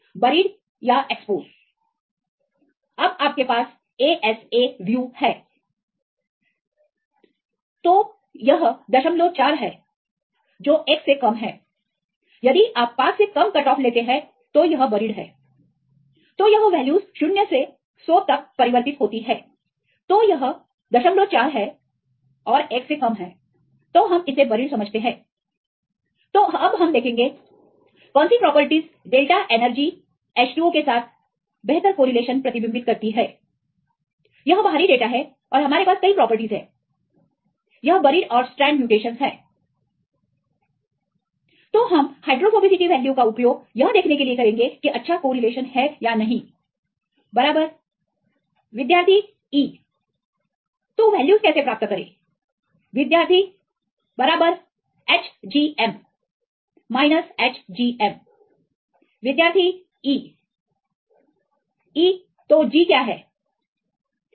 buried या expose अब आपके पास ASA है विद्यार्थी तो यह 04 है जो एक से कम है यदि आप 5 से कम कट ऑफ लेते हैं तो यह बरीड है तोयह वैल्यूज 0 से 100 परिवर्तित होती है तो यह 04 है 1 से कम तो हम इसे बरीड समझते हैं तो अब हम देखेंगे कौन सी प्रॉपर्टीज डेल्टा एनर्जी H2O के साथ बेहतर कोरिलेशन प्रतिबिंबित करती है यह बाहरी डेटा है और हमारे पास कई प्रॉपर्टीज है यह बरीड और स्टेरंड म्यूटेशन है तो हम हाइड्रोफोबिसिटी वैल्यू का उपयोग यह देखने के लिए करेंगे कि अच्छा कोरिलेशन है या नहीं बराबर विद्यार्थी E तो वैल्यूज कैसे प्राप्त करें विद्यार्थी बराबर Hgm माइनस Hgm विद्यार्थी E EतोG क्या है